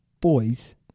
Boys